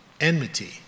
enmity